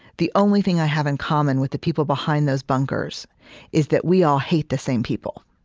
the only thing i have in common with the people behind those bunkers is that we all hate the same people.